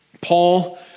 Paul